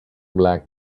black